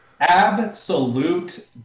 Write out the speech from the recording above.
absolute